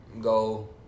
go